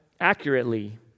accurately